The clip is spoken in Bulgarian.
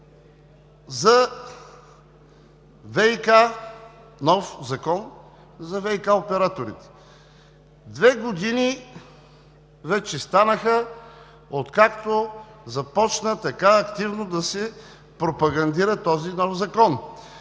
за нов закон за ВиК операторите. Две години вече станаха, откакто започна така активно да се пропагандира този нов закон.